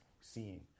seeing